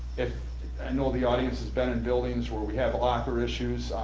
i know the audience has been in buildings where we have locker issues.